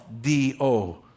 D-O